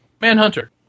Manhunter